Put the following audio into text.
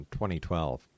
2012